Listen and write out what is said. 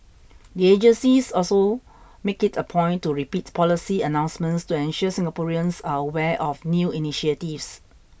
the agencies also make it a point to repeat policy announcements to ensure Singaporeans are aware of new initiatives